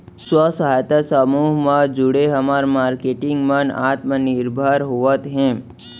स्व सहायता समूह म जुड़े हमर मारकेटिंग मन आत्मनिरभर होवत हे